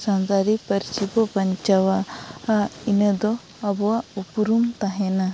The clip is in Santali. ᱥᱟᱱᱛᱟᱲᱤ ᱯᱟᱹᱨᱥᱤᱵᱚ ᱵᱟᱧᱪᱟᱣᱟ ᱤᱱᱟᱹᱫᱚ ᱟᱵᱚᱣᱟᱜ ᱩᱯᱨᱩᱢ ᱛᱟᱦᱮᱱᱟ